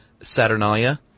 Saturnalia